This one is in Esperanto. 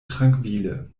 trankvile